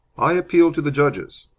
i appeal to the judges.